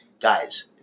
Guys